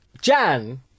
Jan